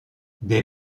des